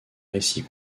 récit